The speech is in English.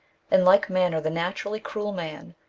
in like manner, the naturally cruel man,